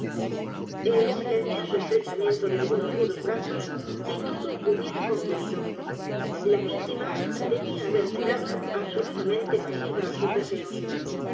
el silencioso estrechamiento de algunos rudos brazos y todo h u biera concluido la víctima debía haber quedado absolutamente pasiva á sus deseos